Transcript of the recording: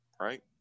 right